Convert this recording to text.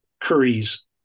curries